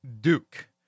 Duke